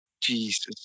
Jesus